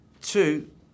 Two